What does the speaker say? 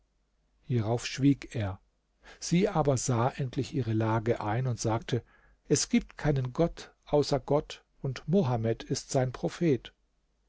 hierauf schwieg er sie aber sah endlich ihre lage ein und sagte es gibt keinen gott außer gott und mohammed ist sein prophet